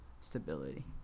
stability